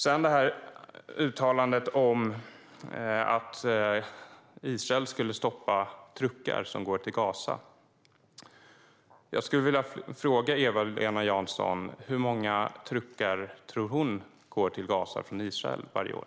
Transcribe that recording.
När det gäller uttalandet om att Israel skulle stoppa truckar som går till Gaza skulle jag vilja fråga Eva-Lena Jansson hur många truckar hon tror går till Gaza från Israel varje år.